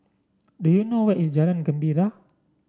do you know where is Jalan Gembira